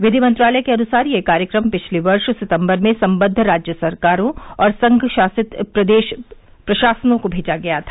विधि मंत्रालय के अनुसार यह कार्यक्रम पिछले वर्ष सितम्बर में संबद्व राज्य सरकारों और संघ शासित प्रदेश प्रशासनों को भेजा गया था